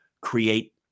create